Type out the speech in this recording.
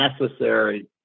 necessary